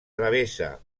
travessa